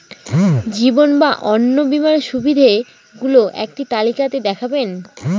জীবন বা অন্ন বীমার সুবিধে গুলো একটি তালিকা তে দেখাবেন?